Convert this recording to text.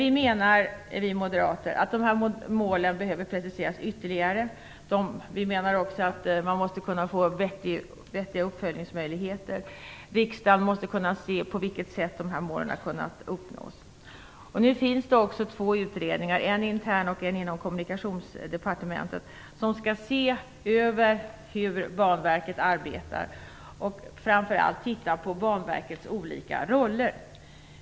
Vi moderater menar att dessa mål behöver preciseras ytterligare. Vi menar också att man måste kunna få vettiga uppföljningsmöjligheter. Riksdagen måste kunna se på vilket sätt dessa mål har kunnat uppnås. Nu finns det två utredningar - en intern och en inom Kommunikationsdepartementet - som skall se över hur Banverket arbetar och framför allt titta närmare på Banverkets olika roller.